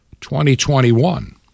2021